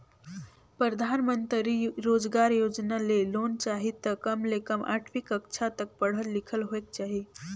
परधानमंतरी रोजगार योजना ले लोन चाही त कम ले कम आठवीं कक्छा तक पढ़ल लिखल होएक चाही